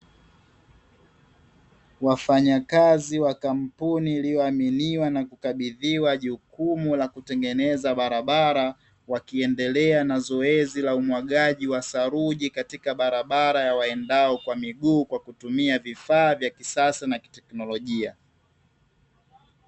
Wafanyakazi wa kampuni, iliyoaminiwa nakukabidhiwa jukumu la kutengeneza barabara, wakiendelea na zoezi la umwagaji wa saruji katika barabara ya waendao kwa miguu kwa kutumia vifaa vya kisasa na kiteknologia.